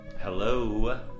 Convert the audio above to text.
Hello